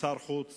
כשר החוץ